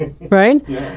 right